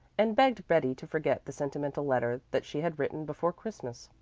and begged betty to forget the sentimental letter that she had written before christmas.